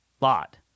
lot